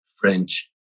French